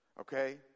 okay